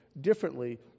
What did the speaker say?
differently